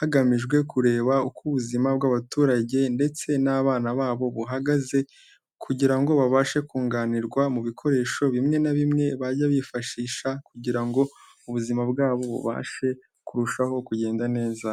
hagamijwe kureba uko ubuzima bw'abaturage ndetse n'abana babo buhagaze, kugira ngo babashe kunganirwa mu bikoresho bimwe na bimwe bajya bifashisha kugira ngo ubuzima bwabo bubashe kurushaho kugenda neza.